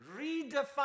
redefine